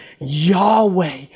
Yahweh